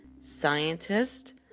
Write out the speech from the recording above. scientist